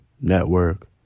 Network